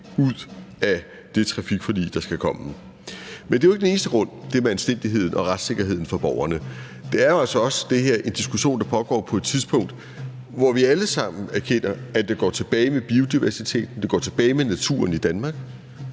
ud af det trafikforlig, der skal komme. Men det med anstændigheden og retssikkerheden for borgerne er jo ikke den eneste grund. Det her er jo altså også en diskussion, der foregår på et tidspunkt, hvor vi alle sammen erkender, at det går tilbage med biodiversiteten, det går tilbage med naturen i Danmark,